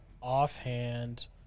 offhand